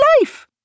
life